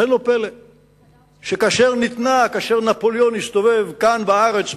לכן לא פלא שכאשר נפוליאון הסתובב כאן בארץ,